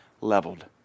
Leveled